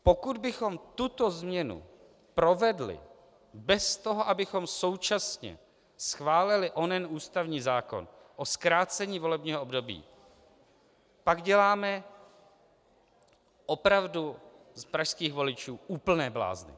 Pokud bychom tuto změnu provedli bez toho, abychom současně schválili onen ústavní zákon o zkrácení volebního období, pak děláme opravdu z pražských voličů úplné blázny.